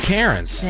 Karen's